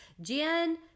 Jen